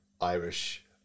Irish